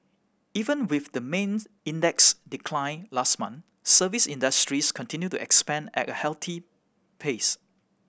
even with the mains index' decline last month service industries continued to expand at a hearty pace